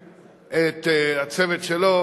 אתם מאמינים בתפילות,